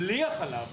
בלי החלב,